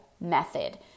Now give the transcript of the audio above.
Method